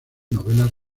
novelas